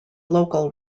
local